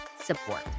support